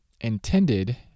intended